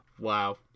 Wow